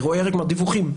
אירועי ירי כלומר דיווחים,